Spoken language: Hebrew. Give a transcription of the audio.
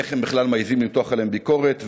איך הם בכלל מעזים למתוח ביקורת?